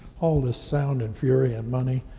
all this sound and fury and money,